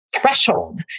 threshold